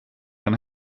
kan